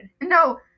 No